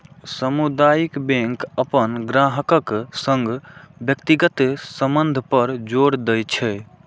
सामुदायिक बैंक अपन ग्राहकक संग व्यक्तिगत संबंध पर जोर दै छै